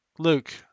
luke